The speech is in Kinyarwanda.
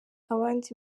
abandi